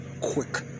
quick